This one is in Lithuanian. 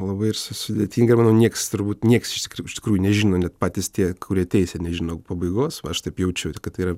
labai ir su sudėtinga ir manau nieks turbūt nieks iš tikrų iš tikrųjų nežino net patys tie kurie teisia nežino pabaigos va aš taip jaučiu kad tai yra